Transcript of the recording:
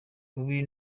bubi